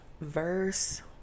Verse